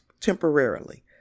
temporarily